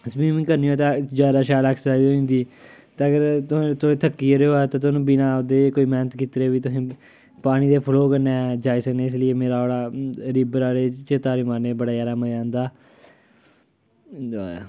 swimming करनी होऐ ते जादा शैल ऐक्सरसाइज होई जंदी ते अगर तुस तुस थक्की गेदे हो ते बिना ओह्दे कोई मैह्नत कीते दे बी तुसें पानी दे फ्लो कन्नै जाई सकने इस लेई मेरा रिवर आह्ले च तारी मारने गी बड़ा जादा मजा आंदा बस